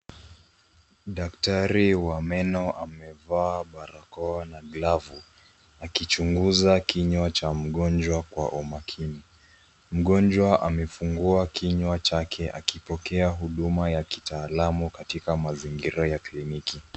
Daktari wa meno amevaa barakoa na glavu akichunguza kinywa cha mgonjwa kwa umakini. Mgonjwa amefungua kinywa chake akipokea huduma ya kitaalamu katika mazingira ya kliniki.